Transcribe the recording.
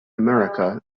america